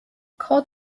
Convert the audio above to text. cod